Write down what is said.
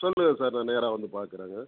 சொல்லுங்கள் சார் நான் வந்து நேராக பாக்கிறேங்க